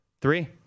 Three